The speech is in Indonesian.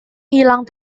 hilang